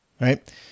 right